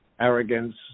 arrogance